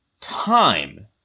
time